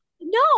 No